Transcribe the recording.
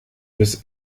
bis